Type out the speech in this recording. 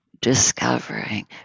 discovering